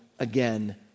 Again